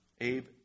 Abe